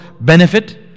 benefit